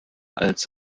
als